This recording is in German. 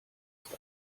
ist